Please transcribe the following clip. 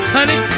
Honey